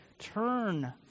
turn